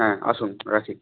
হ্যাঁ আসুন রাখি